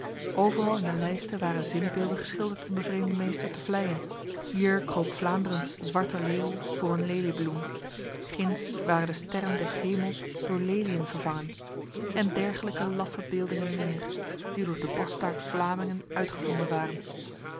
overal in de lijsten waren zinnebeelden geschilderd om de vreemde meester te vleien hier kroop vlaanderens zwarte leeuw voor een leliebloem ginds waren de sterren des hemels door leliën vervangen en dergelijke laffe beeldingen meer die door de bastaardvlamingen uitgevonden waren